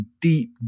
deep